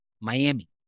Miami